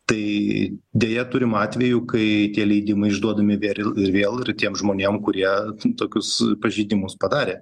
tai deja turim atvejų kai tie leidimai išduodami vėl ir vėl ir tiem žmonėm kurie tokius pažeidimus padarė